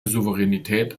souveränität